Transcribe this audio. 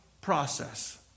process